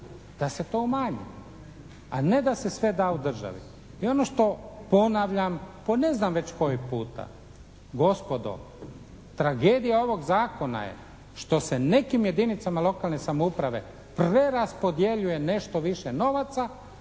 da se to umanje a ne da se sve da državi. I ono što ponavljam po ne znam već koji puta. Gospodo, tragedija ovog zakona je što se nekim jedinicama lokalne samouprave preraspodjeljuje nešto više novaca